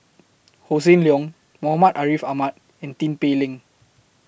Hossan Leong Muhammad Ariff Ahmad and Tin Pei Ling